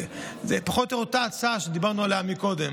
זו פחות או יותר אותה הצעה שדיברנו עליה קודם,